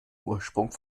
ursprung